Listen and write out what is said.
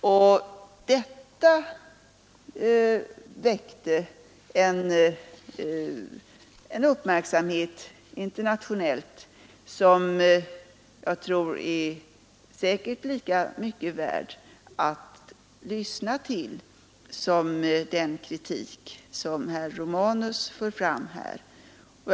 Detta har väckt internationell uppmärksamhet, som jag tror är lika mycket värd att notera som den kritik herr Romanus här förde fram.